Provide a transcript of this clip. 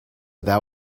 that